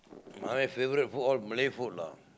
my favourite food all Malay food lah